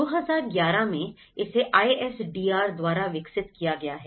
2011 में इसे आईएसडीआर द्वारा विकसित किया गया है